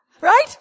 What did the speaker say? Right